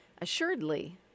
Assuredly